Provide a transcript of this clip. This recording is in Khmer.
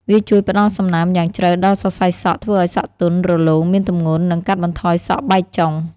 វាជួយ ផ្ដល់សំណើម យ៉ាងជ្រៅដល់សរសៃសក់ ធ្វើឱ្យសក់ទន់ រលោង មានទម្ងន់ និង កាត់បន្ថយសក់បែកចុង។